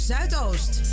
Zuidoost